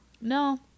No